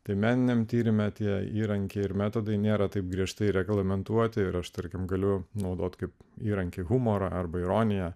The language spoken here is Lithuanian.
tai meniniame tyrime tie įrankiai ir metodai nėra taip griežtai reglamentuoti ir aš tarkim galiu naudoti kaip įrankį humorą arba ironiją